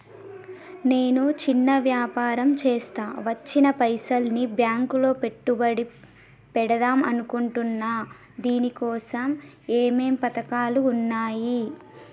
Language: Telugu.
నేను చిన్న వ్యాపారం చేస్తా వచ్చిన పైసల్ని బ్యాంకులో పెట్టుబడి పెడదాం అనుకుంటున్నా దీనికోసం ఏమేం పథకాలు ఉన్నాయ్?